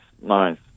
nice